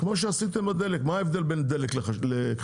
כמו שעשיתם בדלק, מה ההבדל בין הדלק לחלב?